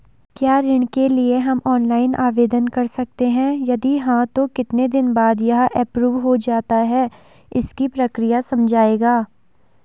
क्या ऋण के लिए हम ऑनलाइन आवेदन कर सकते हैं यदि हाँ तो कितने दिन बाद यह एप्रूव हो जाता है इसकी प्रक्रिया समझाइएगा?